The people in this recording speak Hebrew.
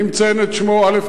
אני מציין את שמו, א.